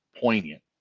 poignant